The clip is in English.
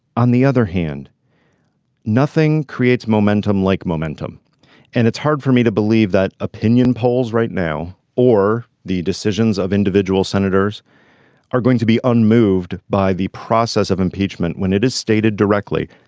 on the other hand nothing creates momentum like momentum and it's hard for me to believe that opinion polls right now or the decisions of individual senators are going to be unmoved by the process of impeachment when it is stated directly.